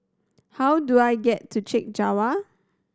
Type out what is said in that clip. how do I get to Chek Jawa